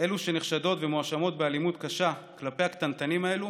אלו שנחשדות ומואשמות באלימות קשה כלפי הקטנטנים האלה